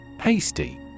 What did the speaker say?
Hasty